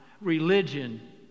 religion